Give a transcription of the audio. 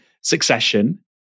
succession